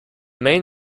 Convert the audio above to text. main